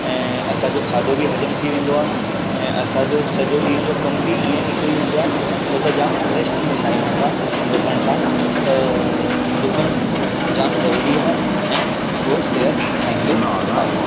ऐं असांजो खाधो बि हज़म थी वेंदो आहे ऐं असांजो सॼो ॾींहं जो कमु बि इअं निकिरी वेंदो आहे छो त जामु फ्रेश थी वेंदा आहियूं असां डुकणु सां त डुकणु जामु ज़रूरी आहे ऐं ओ सिहत ठाहींदो आहे